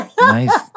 Nice